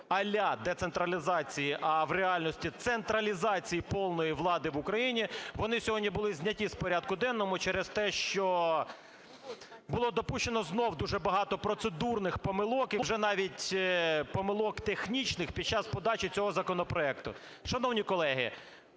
а-ля децентралізації, а в реальності централізації повної влади в Україні вони сьогодні були зняті з порядку денного через те, що було допущено знов дуже багато процедурних помилок і вже навіть помилок технічних під час подачі цього законопроекту. Шановні колеги,